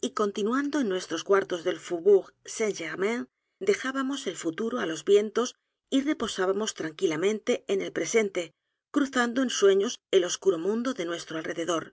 y continuando en nuestros cuartos del faubourg saint-germain dejábamos el futuro á los vientos y reposábamos tranquilamente en el presente cruzando en sueños el oscuro mundo de nuestro alrededor